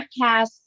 Podcasts